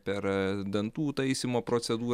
per dantų taisymo procedū